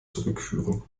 zurückführen